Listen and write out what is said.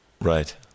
Right